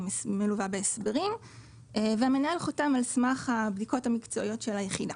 היא מלווה בהסברים והמנהל חותם על סמך הבדיקות המקצועיות של היחידה.